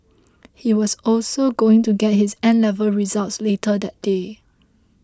he was also going to get his N level results later that day